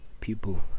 people